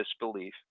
disbelief